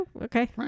okay